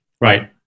right